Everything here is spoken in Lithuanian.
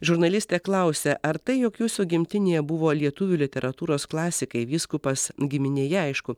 žurnalistė klausia ar tai jog jūsų gimtinėje buvo lietuvių literatūros klasikai vyskupas giminėje aišku